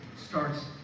starts